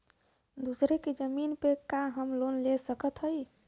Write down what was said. दूसरे के जमीन पर का हम लोन ले सकत हई?